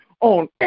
On